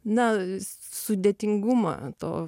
na sudėtingumą to